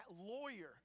lawyer